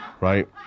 right